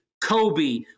Kobe